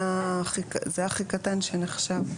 זה הכי קטן שנחשב לול.